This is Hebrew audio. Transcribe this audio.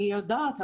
אני יודעת,